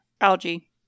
Algae